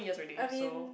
I mean